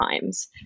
times